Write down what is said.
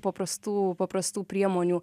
paprastų paprastų priemonių